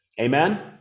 amen